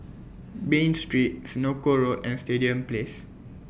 Bain Street Senoko Road and Stadium Place